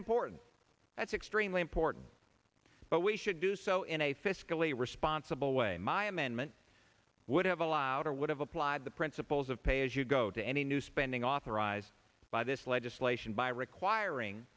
important that's extremely important but we should do so in a fiscally responsible way my amendment would have allowed or would have applied the principles of pay as you go to any new spending authorized by this legislation by requiring